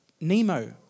Nemo